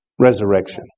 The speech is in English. resurrection